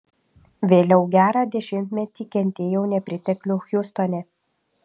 vėliau gerą dešimtmetį kentėjau nepriteklių hjustone